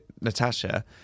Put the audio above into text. Natasha